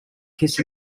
kiss